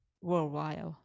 worldwide